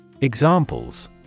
Examples